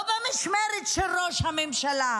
לא במשמרת של ראש הממשלה,